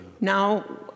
Now